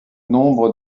nombre